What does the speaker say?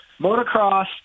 motocross